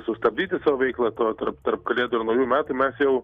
sustabdyti savo veiklą tarp tarp kalėdų ir naujųjų metų mes jau